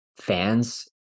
Fans